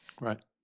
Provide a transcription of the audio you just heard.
Right